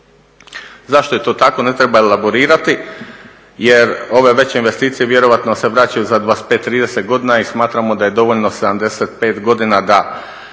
Zašto je to tako ne treba elaborirati jer ove veće investicije vjerojatno se vraćaju za 25, 30 godina i smatramo da je dovoljno 75 godina da